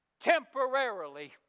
temporarily